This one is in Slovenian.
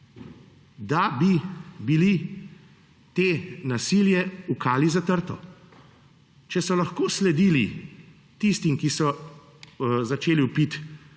da bi bilo to nasilje v kali zatrto. Če so lahko sledili tistim, ki so začeli vpiti